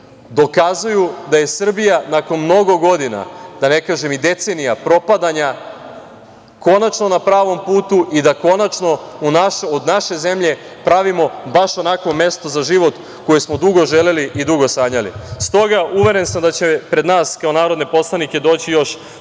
dokazuju da je Srbija nakon mnogo godina, da ne kažem i decenija, propadanja, konačno na pravom putu i da konačno od naše zemlje pravimo baš onakvo mesto za život koje smo dugo želeli i dugo sanjali. Stoga, uveren sam da će pred nas kao narodne poslanike doći još